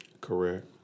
Correct